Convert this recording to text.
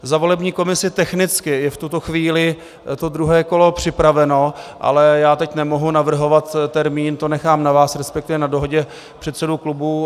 Za volební komisi technicky je v tuto chvíli druhé kolo připraveno, ale já teď nemohu navrhovat termín, to nechám na vás, resp. na dohodě předsedů klubů.